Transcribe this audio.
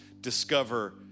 discover